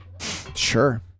Sure